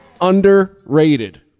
underrated